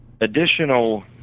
additional